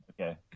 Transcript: okay